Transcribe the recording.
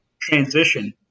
transition